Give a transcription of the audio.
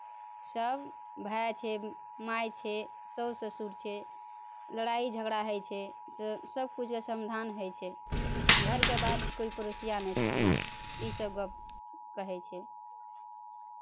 सभ भाय छै माय छै सासु ससुर छै लड़ाइ झगड़ा होइ छै तऽ सभकिछुके समाधान होइ छै घरके बात कोइ पड़ोसिआ नहि सुनय इसभ गप्प कहै छै